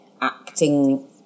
acting